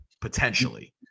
potentially